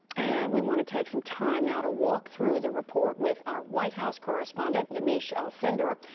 and we want to take some time now to walk through the report with our white house correspondent, yamiche alcindor,